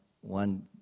one